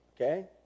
Okay